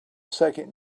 second